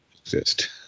exist